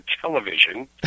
television